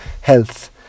health